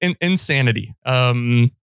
insanity